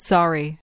Sorry